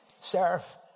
Serve